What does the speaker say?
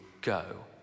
go